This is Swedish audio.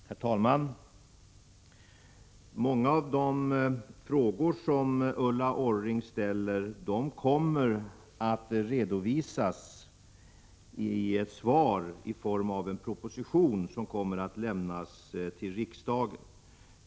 Herr talman! Många av de frågor som Ulla Orring ställer kommer att besvaras i en kommande proposition till riksdagen.